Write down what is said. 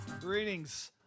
Greetings